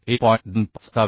25 असावे